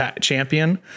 champion